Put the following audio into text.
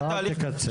אל תקצר.